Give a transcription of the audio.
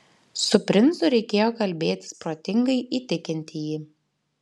su princu reikėjo kalbėtis protingai įtikinti jį